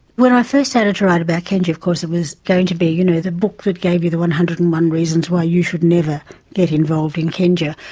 when i first started to write about kenja of course it was going to be you know the book that gave you one hundred and one reasons why you should never get involved in kenja.